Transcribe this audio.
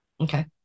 Okay